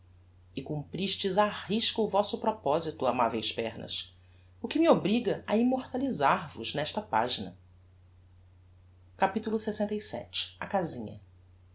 e cumpristes á risca o vosso proposito amaveis pernas o que me obriga a immortalisar vos nesta pagina capitulo lxvii a casinha